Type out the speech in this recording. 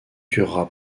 durera